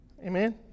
Amen